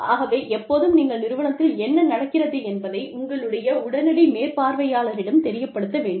ஆகவே எப்போதும் நீங்கள் நிறுவனத்தில் என்ன நடக்கிறது என்பதை உங்களுடைய உடனடி மேற்பார்வையாளரிடம் தெரியப்படுத்த வேண்டும்